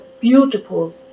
beautiful